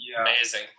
amazing